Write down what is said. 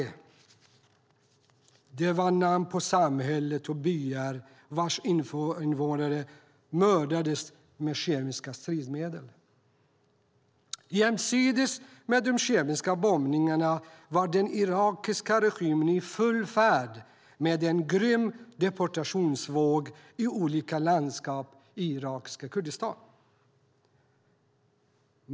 Det var namn på samhällen och byar vars invånare mördades med kemiska stridsmedel. Jämsides med de kemiska bombningarna var den irakiska regimen i full färd med en grym deportationsvåg i olika landskap i irakiska Kurdistan.